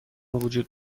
وجود